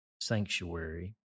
sanctuary